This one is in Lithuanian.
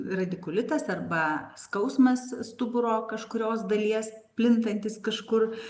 radikulitas arba skausmas stuburo kažkurios dalies plintantis kažkur